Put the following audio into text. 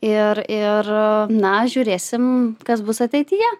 ir ir na žiūrėsim kas bus ateityje